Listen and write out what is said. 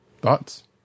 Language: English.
Thoughts